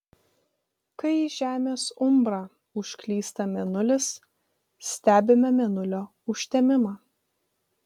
kai į žemės umbrą užklysta mėnulis stebime mėnulio užtemimą